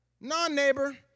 non-neighbor